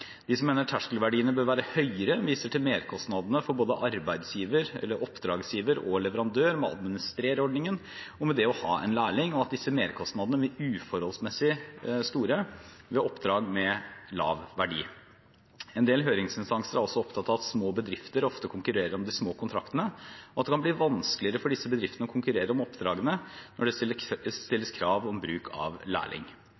De som mener terskelverdiene bør være høyere, viser til merkostnadene for både oppdragsgiver og leverandør med å administrere ordningen og med det å ha en lærling, og at disse merkostnadene blir uforholdsmessig store ved oppdrag med lav verdi. En del høringsinstanser er også opptatt av at små bedrifter ofte konkurrerer om de små kontraktene, og at det kan bli vanskeligere for disse bedriftene å konkurrere om oppdragene når det